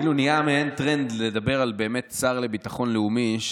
נהיה מעין טרנד לדבר על השר לביטחון לאומי.